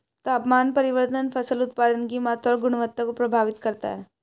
तापमान परिवर्तन फसल उत्पादन की मात्रा और गुणवत्ता को प्रभावित करता है